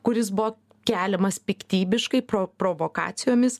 kuris buvo keliamas piktybiškai pro provokacijomis